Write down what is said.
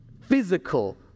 physical